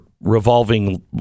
revolving